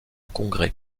congrès